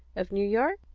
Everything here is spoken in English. of new york,